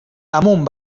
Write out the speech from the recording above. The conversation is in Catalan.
amunt